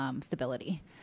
stability